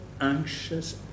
anxious